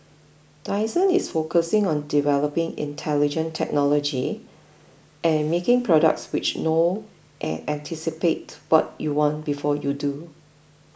Dyson is focusing on developing intelligent technology and making products which know and anticipate what you want before you do